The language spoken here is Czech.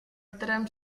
kterém